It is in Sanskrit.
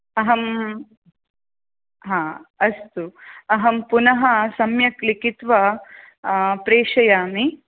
अहं आम् अस्तु अहं पुनः सम्यक् लिखित्वा प्रेषयामि